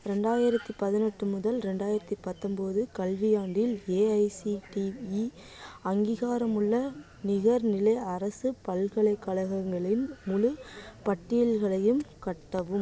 ரெண்டாயிரத்தி பதினெட்டு முதல் ரெண்டாயிரத்தி பத்தொம்பது கல்வியாண்டில் ஏஐசிடிஇ அங்கீகாரமுள்ள நிகர்நிலை அரசு பல்கலைக்கலகங்களின் முழுப் பட்டியல்களையும் காட்டவும்